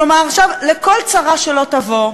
כלומר, לכל צרה שלא תבוא,